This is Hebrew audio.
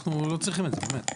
אנחנו לא צריכים את זה, באמת.